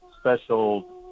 special